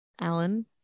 Alan